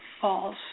false